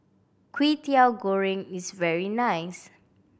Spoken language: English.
Kwetiau Goreng is very nice